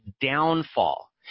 downfall